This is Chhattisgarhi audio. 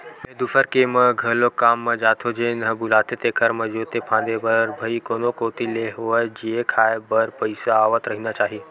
मेंहा दूसर के म घलोक काम म जाथो जेन ह बुलाथे तेखर म जोते फांदे बर भई कोनो कोती ले होवय जीए खांए बर पइसा आवत रहिना चाही